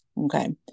Okay